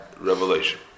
revelation